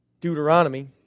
Deuteronomy